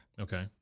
Okay